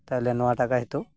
ᱛᱟᱦᱚᱞᱮ ᱱᱚᱣᱟ ᱴᱟᱠᱟ ᱦᱤᱛᱳᱜ